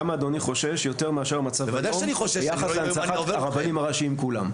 למה אדוני חושש יותר מאשר המצב היום ביחס להנצחת הרבנים הראשיים כולם?